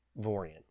Vorian